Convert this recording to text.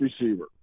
receiver